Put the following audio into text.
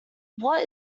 what